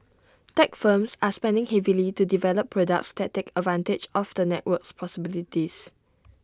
tech firms are spending heavily to develop products that take advantage of the network's possibilities